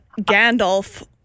Gandalf